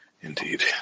Indeed